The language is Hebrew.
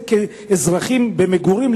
מגזר המגורים,